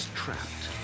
trapped